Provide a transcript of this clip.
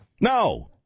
No